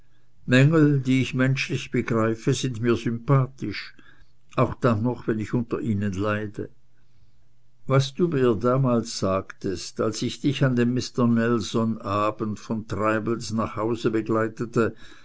mängel die ich menschlich begreife sind mir sympathisch auch dann noch wenn ich unter ihnen leide was du mir damals sagtest als ich dich an dem mr nelson abend von treibels nach hause begleitete